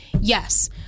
Yes